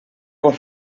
con